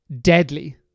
deadly